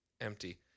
empty